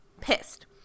pissed